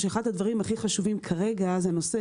שאחד הדברים הכי חשובים כרגע הוא הנושא